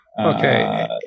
okay